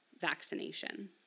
vaccination